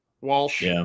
walsh